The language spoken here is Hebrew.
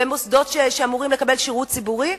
במוסדות שאמורים לתת בו שירות ציבורי,